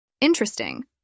Interesting